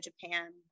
Japan